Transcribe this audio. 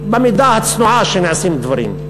במידה הצנועה שנעשים דברים.